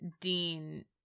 Dean